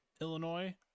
Illinois—